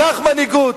קח מנהיגות,